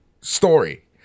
story